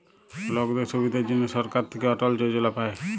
লকদের সুবিধার জনহ সরকার থাক্যে অটল যজলা পায়